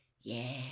Yeah